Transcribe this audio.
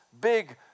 big